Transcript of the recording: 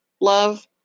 love